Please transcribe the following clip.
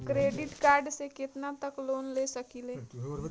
Credit card से कितना तक लोन ले सकईल?